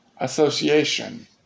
Association